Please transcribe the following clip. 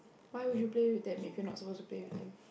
why would you play with that maybe you're not supposed to play with him